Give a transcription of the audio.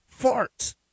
farts